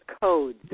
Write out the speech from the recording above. codes